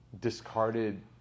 discarded